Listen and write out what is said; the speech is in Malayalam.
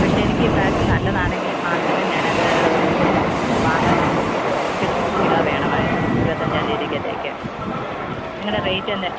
പക്ഷേ എനിക്കീപ്രാവശ്യം നല്ലതാണെങ്കിൽ മാത്രമേ ഞാനത് വാങ്ങത്തുള്ളു എനിക്കൊരു നൂറ് കിലോ വേണമായിരുന്നു ഇരുപത്തഞ്ചാം തിയ്യതിക്കകത്തേക്ക് നിങ്ങളുടെ റേറ്റ്